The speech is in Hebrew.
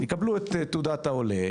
יקבלו את תעודת העולה,